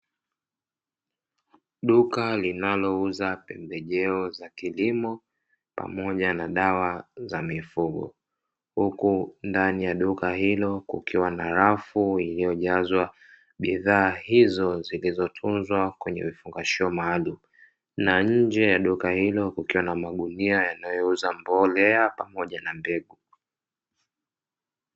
Duka linalouza pembejeo za kilimo pamoja na dawa za mifugo, huku ndani ya duka hilo kukiwa na rafu iliyojazwa bidhaa hizo zilizotunzwa kwenye vifungashio maalumu, na nje ya duka hilo kukiwa na magunia yanayouza mbolea pamoja na mbegu.